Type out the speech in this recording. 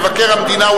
מבקר המדינה,